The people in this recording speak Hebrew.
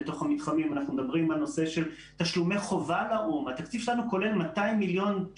בתוך משרד החוץ עצמו נעשתה עבודת מטה להכין אותו לעידן החדש.